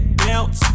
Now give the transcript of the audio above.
bounce